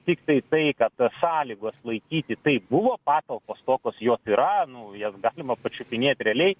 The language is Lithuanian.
tiktai tai kad sąlygos laikyti tai buvo patalpos tokios jos yra nu jas galima pačiupinėt realiai